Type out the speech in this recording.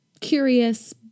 curious